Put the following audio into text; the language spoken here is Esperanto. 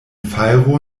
fajro